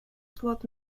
plot